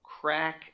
crack